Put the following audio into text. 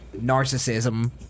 narcissism